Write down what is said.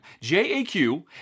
J-A-Q